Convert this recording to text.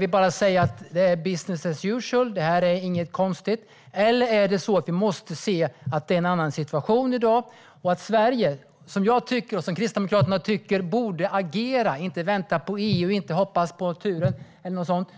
det bara är business as usual, inget konstigt, eller om det är en annan situation i dag. Jag och Kristdemokraterna tycker att Sverige borde agera och inte vänta på EU, hoppas på turen eller något sådant.